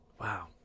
Wow